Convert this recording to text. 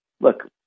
look